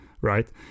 right